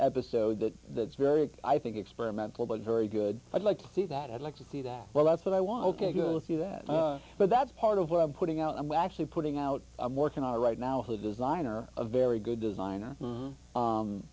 episode that that's very i think experimental but very good i'd like to see that i'd like to see that well that's what i want to go through that but that's part of what i'm putting out i'm actually putting out i'm working on right now who designer a very good designer